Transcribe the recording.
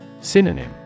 Synonym